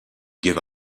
give